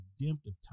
redemptive